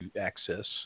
access